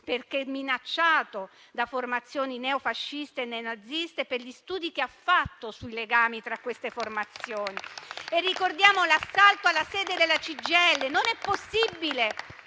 perché minacciato da formazioni neofasciste e neonaziste per gli studi che ha fatto sui legami tra queste formazioni. Ricordiamo altresì l'assalto alla sede della CGIL. Non è possibile